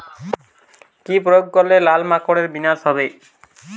কি প্রয়োগ করলে লাল মাকড়ের বিনাশ হবে?